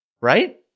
Right